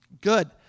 Good